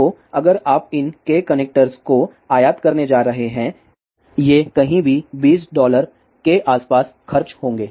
तो अगर आप इन K कनेक्टर्स को आयात करने जा रहे हैं ये कहीं भी बीस डॉलर के आसपास खर्च होंगे